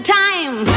time